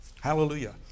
Hallelujah